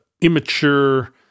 immature